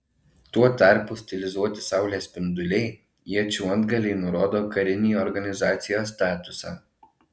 tuo tarpu stilizuoti saulės spinduliai iečių antgaliai nurodo karinį organizacijos statusą